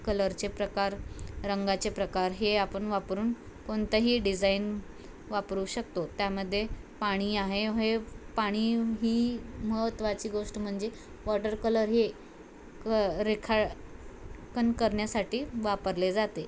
कलरचे प्रकार रंगाचे प्रकार हे आपण वापरून कोणतही डिझाईन वापरू शकतो त्यामध्ये पाणी आहे हे पाणी ही महत्त्वाची गोष्ट म्हणजे वॉटर कलर हे क रेखाकन करण्यासाठी वापरले जाते